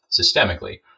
systemically